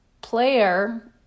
player